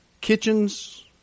kitchens